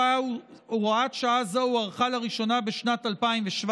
הוראת שעה זו הוארכה לראשונה בשנת 2017,